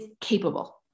capable